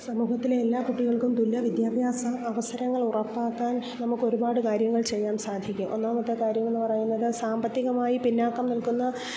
സമൂഹത്തിലെ എല്ലാ കുട്ടികൾക്കും തുല്യ വിദ്യാഭ്യാസ അവസരങ്ങൾ ഉറപ്പാക്കാൻ നമുക്കൊരുപാട് കാര്യങ്ങൾ ചെയ്യാൻ സാധിക്കും ഒന്നാമത്തെ കാര്യമെന്ന് പറയുന്നത് സാമ്പത്തികമായി പിന്നോക്കം നിൽക്കുന്ന